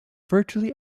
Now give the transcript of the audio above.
virtually